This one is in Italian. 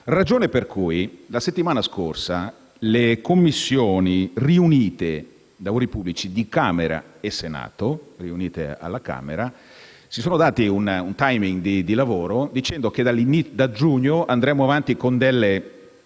ragione per cui la settimana scorsa le Commissioni lavori pubblici congiunte di Camera e Senato, riunitesi alla Camera, si sono date un *timing* di lavoro, dicendo che da giugno andremo avanti con delle